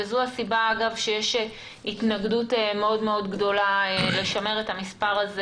זו הסיבה שיש התנגדות גדולה מאוד לשמר את המספר הזה